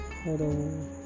Hello